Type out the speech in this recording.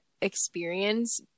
experience